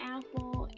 Apple